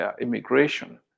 immigration